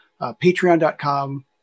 Patreon.com